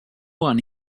one